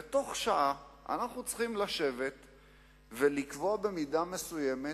ובתוך שעה אנחנו צריכים לשבת ולקבוע במידה מסוימת